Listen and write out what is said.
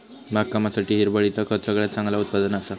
बागकामासाठी हिरवळीचा खत सगळ्यात चांगला उत्पादन असा